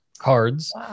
cards